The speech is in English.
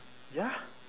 ya